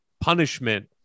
punishment